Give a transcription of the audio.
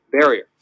barrier